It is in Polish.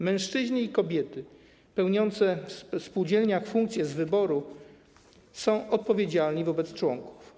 Mężczyźni i kobiety pełniący w spółdzielniach funkcje z wyboru są odpowiedzialni wobec członków.